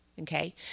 okay